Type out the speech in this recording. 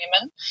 women